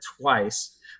twice